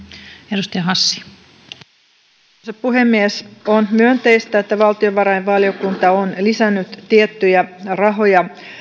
arvoisa puhemies on myönteistä että valtiovarainvaliokunta on lisännyt tiettyjä rahoja